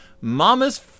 Mama's